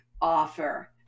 offer